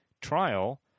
trial